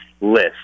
list